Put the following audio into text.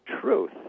truth